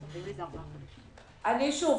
שוב,